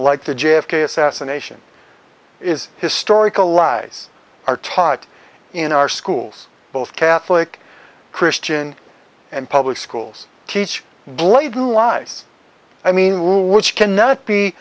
like the j f k assassination is historic allies are taught in our schools both catholic christian and public schools teach bladen lies i mean which cannot be